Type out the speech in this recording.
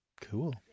Cool